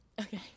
Okay